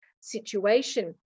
situation